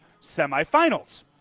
semifinals